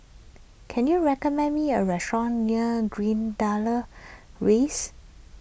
can you recommend me a restaurant near Greendale Rise